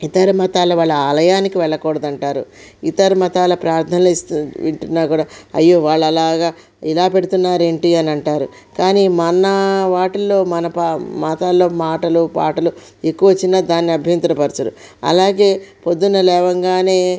ఇతర మతాల వాళ్ళ ఆలయానికి వెళ్ళకూడదు అంటారు ఇతర మతాల ప్రార్థనలు ఇస్తూ వింటున్నా కూడా అయ్యో వాళ్ళు అలాగా ఇలా పెడుతున్నారు ఏంటి అని అంటారు కానీ మన వాటిల్లో మన పా మతాల్లో మాటలు పాటలు ఎక్కువ వచ్చిన దాన్ని అభ్యంతర పరచరు అలాగే పొద్దున్న లేవగానే